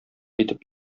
итеп